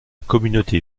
communauté